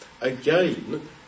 Again